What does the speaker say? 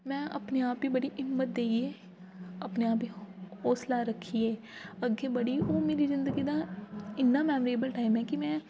मै अपने आप गी बड़ी हिम्मत देइयै अपने आप गी हौसला रक्खियै अग्गें बड़ी ओह् मेरी ज़िन्दगी दा इन्ना मेमोरेबल टाइम ऐ कि मैं